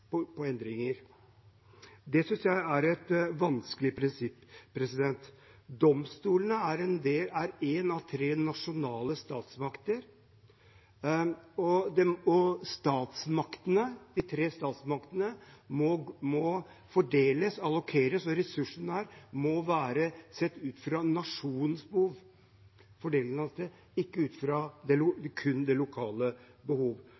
det gjelder endringer. Det synes jeg er et vanskelig prinsipp. Domstolene er én av tre nasjonale statsmakter. De tre statsmaktene må fordeles, allokeres, og fordelingen av ressursene må være sett ut fra nasjonens behov, ikke kun ut fra det lokale behovet. Det kan heller ikke være slik at det